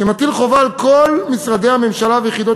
שמטיל חובה על כל משרדי הממשלה ויחידות